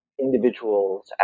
individuals